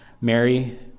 Mary